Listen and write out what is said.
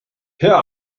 hea